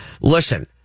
Listen